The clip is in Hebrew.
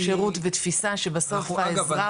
שירות ותפיסה שבסוף האזרח --- לא,